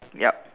yup